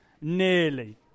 Nearly